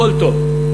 הכול טוב.